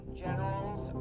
generals